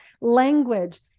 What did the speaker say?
language